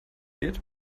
geht